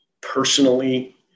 personally